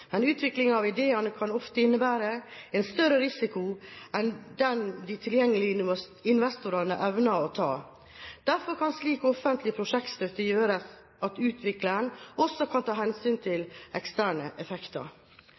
Men utviklingen av ideen kan ofte innebære en større risiko enn den de tilgjengelige investorene evner å ta. Derfor kan slik offentlig prosjektstøtte gjøre at utvikleren også kan ta hensyn til eksterne effekter.